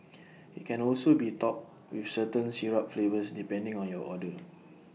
IT can also be topped with certain syrup flavours depending on your order